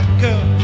girl